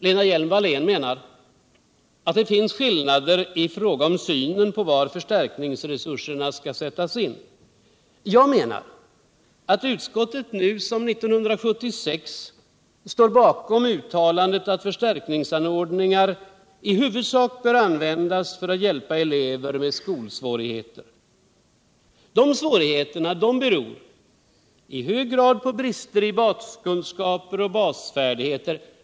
Cena Hjelm-Wallén menar alt det finns skillnader i synsättet när det gäller var förstärkningsresurserna skall sättas in. Jag menar utt utskottet nu liksom 1976 stär bakom uttalandet att förstärkningsanordningar i huvudsak bör användas för att hjälpa elever med skolsvårigheter. Dessa svårigheter beror i hög grad på brister i baskunskaper och basfärdigheter.